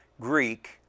Greek